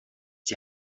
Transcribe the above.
die